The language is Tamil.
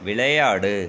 விளையாடு